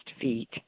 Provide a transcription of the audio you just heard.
feet